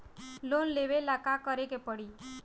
Loan लेबे ला का करे के पड़ी?